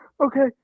Okay